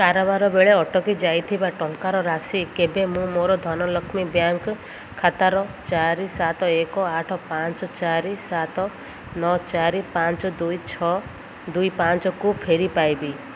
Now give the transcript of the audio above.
କାରବାର ବେଳେ ଅଟକି ଯାଇଥିବା ଟଙ୍କାର ରାଶି କେବେ ମୁଁ ମୋର ଧନଲକ୍ଷ୍ମୀ ବ୍ୟାଙ୍କ୍ ଖାତାର ଚାରି ସାତ ଏକ ଆଠ ପାଞ୍ଚ ଚାରି ସାତ ନଅ ଚାରି ପାଞ୍ଚ ଦୁଇ ଛଅ ଦୁଇ ପାଞ୍ଚକୁ ଫେରି ପାଇବି